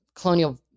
colonial